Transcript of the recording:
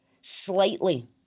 slightly